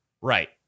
right